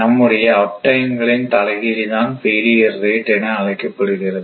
நம்முடைய uptime களின் தலைகீழி தான் ஃபெயிலியர் ரேட் என அழைக்கப்படுகிறது